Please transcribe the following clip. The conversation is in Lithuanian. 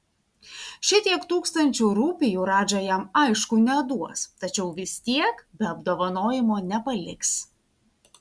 šitiek tūkstančių rupijų radža jam aišku neduos tačiau vis tiek be apdovanojimo nepaliks